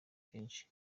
kenshi